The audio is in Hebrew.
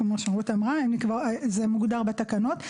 כמו שרעות אמרה זה מוגדר בתקנות.